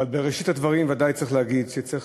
אבל בראשית הדברים ודאי צריך להגיד שצריך